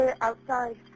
outside